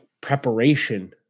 preparation